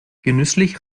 genüsslich